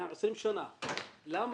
20 שנים ולמה